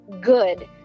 good